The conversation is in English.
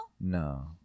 no